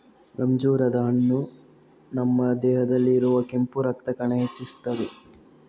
ಅಂಜೂರದ ಹಣ್ಣು ನಮ್ಮ ದೇಹದಲ್ಲಿ ಇರುವ ಕೆಂಪು ರಕ್ತ ಕಣ ಹೆಚ್ಚಿಸ್ತದೆ